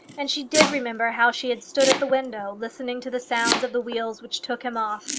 and she did remember how she had stood at the window, listening to the sounds of the wheels which took him off,